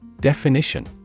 Definition